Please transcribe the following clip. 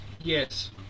Yes